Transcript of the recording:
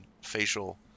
facial